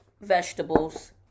vegetables